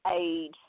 age